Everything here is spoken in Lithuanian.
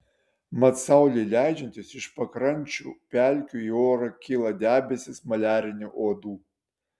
mat saulei leidžiantis iš pakrančių pelkių į orą kyla debesys maliarinių uodų